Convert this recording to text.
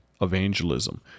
Evangelism